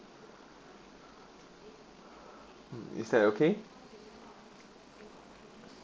is that okay